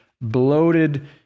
bloated